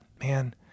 man